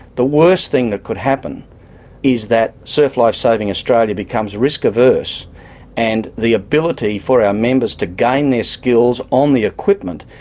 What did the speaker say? the worst thing that could happen is that surf life saving australia becomes risk averse and the ability for our members to gain their skills on the equipment,